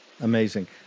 Amazing